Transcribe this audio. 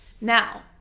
Now